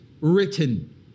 written